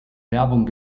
werbung